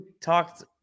talked